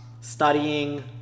studying